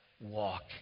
walk